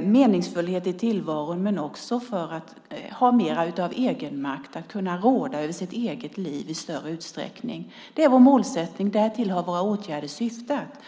meningsfullhet i tillvaron och för att ha mer egenmakt att råda över sitt eget liv i större utsträckning. Det är vår målsättning, och därtill har våra åtgärder syftat.